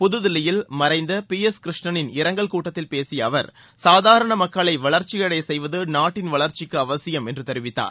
புதுதில்லியில் மறைந்த P S கிருஷ்ணனின் இரங்கல் கூட்டத்தில் பேசிய அவர் சாதாரண மக்களை வளர்ச்சியடையச் செய்வது நாட்டின் வளர்ச்சிக்கு அவசியம் என்று தெரிவித்தார்